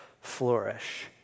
flourish